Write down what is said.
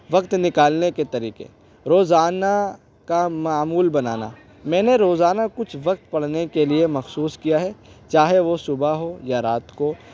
وقت نکالنے کے طریقے روزانہ کا معمول بنانا میں نے روزانہ کچھ وقت پڑھنے کے لیے مخصوص کیا ہے چاہے وہ صبح ہو یا رات کو